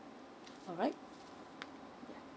alright